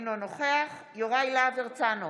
אינו נוכח יוראי להב הרצנו?